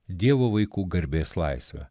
dievo vaikų garbės laisvę